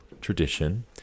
tradition